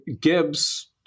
Gibbs